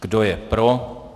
Kdo je pro?